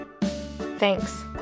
Thanks